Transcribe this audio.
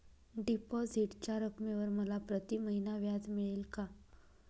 डिपॉझिटच्या रकमेवर मला प्रतिमहिना व्याज मिळेल का?